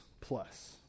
plus